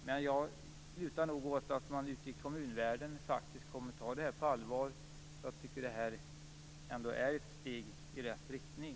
Men jag lutar nog åt att man ute i kommunvärlden kommer att ta det här på allvar. Jag tycker ändå att det är ett steg i rätt riktning.